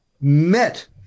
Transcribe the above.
met